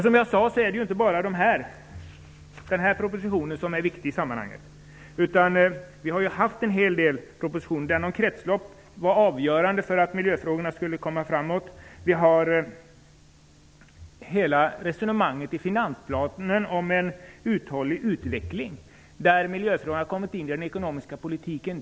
Som jag sade, är det inte bara den nu aktuella propositionen som är viktig i sammanhanget. Vi har ju haft en hel del andra propositioner också. Den om kretslopp var avgörande för att miljöfrågorna skulle komma framåt. Vi har hela resonemanget i finansplanen om en uthållig utveckling, där miljöfrågorna har kommit in i den ekonomiska politiken.